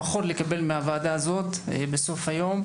לפחות לקבל מהוועדה הזאת בסוף היום,